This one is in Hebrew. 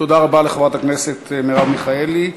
תודה רבה לחברת הכנסת מרב מיכאלי.